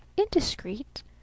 Indiscreet